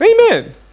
Amen